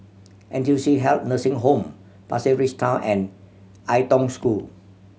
N T U C Health Nursing Home Pasir Ris Town and Ai Tong School